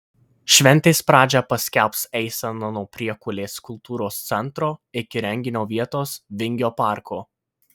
šventės pradžią paskelbs eisena nuo priekulės kultūros centro iki renginio vietos vingio parko